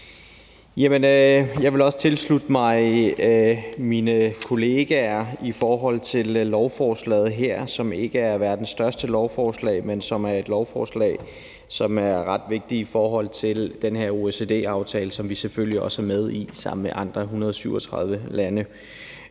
Jeg vil også tilslutte mig mine kollegaer i forhold til lovforslaget her, som ikke er verdens største lovforslag, men som er et lovforslag, som er ret vigtigt i forhold til den her OECD-aftale, som vi selvfølgelig også er med i sammen med 137 andre lande.